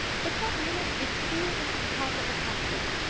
but that minute it flew into the top of a poplar,